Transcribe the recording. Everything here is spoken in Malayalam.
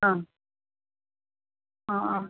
ആ ആ ആ